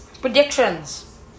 predictions